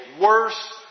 worse